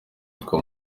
witwa